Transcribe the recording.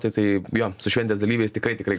tai tai jo su šventės dalyviais tikrai tikrai